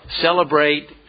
celebrate